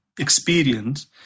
experience